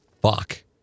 fuck